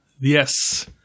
Yes